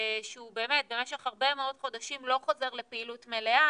שבאמת במשך הרבה חודשים הוא לא חוזר לפעילות מלאה,